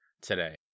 today